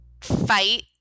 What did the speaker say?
fight